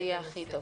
אני אציג את הנושא.